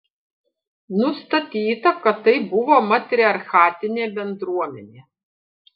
nustatyta kad tai buvo matriarchatinė bendruomenė